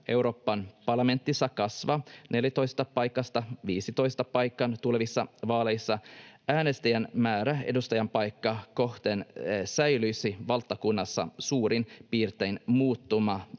Euroopan parlamentissa kasvaa 14 paikasta 15 paikkaan tulevissa vaaleissa, äänestäjien määrä edustajanpaikkaa kohden säilyisi valtakunnassa suurin piirtein muuttumattomana